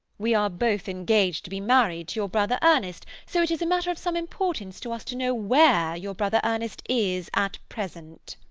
we are both engaged to be married to your brother ernest, so it is a matter of some importance to us to know where your brother ernest is at present.